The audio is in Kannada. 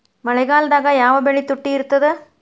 ಮಳೆಗಾಲದಾಗ ಯಾವ ಬೆಳಿ ತುಟ್ಟಿ ಇರ್ತದ?